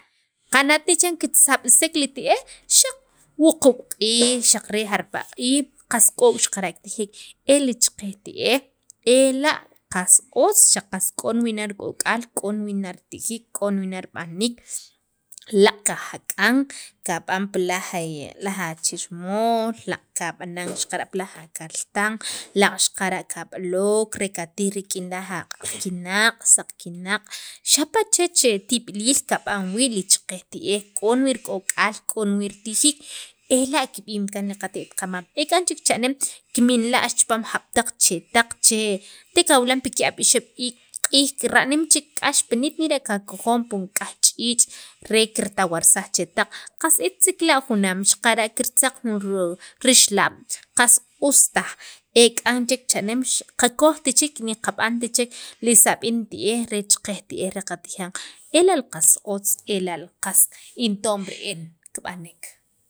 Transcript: kana't ni chiran kisab'sek li ti'ej xaq wuquub' q'iij xaq re jarpala' q'iij qas k'ok' xaqara' kitijek e ki cheqe'j ti'ej eka' qa otz xaq k'on wii' nan k'ok'aal k'o wi nan ritijek, k'on wii' nan rib'aniik, laaq' kajaq'an kab'an pi laj achilmool laaqp qab'anan xaqara' pi akaltan, laaq' xaqara' kab'alok re katij rik'in akinaq' saq kinaq' xapa' chech tib'iliil kab'an wii' li cheqej ti'ej k'on wii' rik'ok'al, k'on wii' ritijiik ela' kib'm kaan qate't qamam ek'an chek chane'm kiminla'x chipaam pi jab' taq chek chetaq che te kawilan pi ki'ab' ixeb' iik' q'iij ra'nim chek k'ax pina't nera' kakojon pi nik'yaj ch'iich' re kirtawarsaj chetaq qas et che la' junaam xaqara' kirtzaq jun rixalaab' qast ustaj ek'an chek cha'neem qakojt chek niqab'ant chek li sab'in ti'ej reech cheqej tie'ej re qatijan ela' qas otz ela' qas intom re'en kib'anek.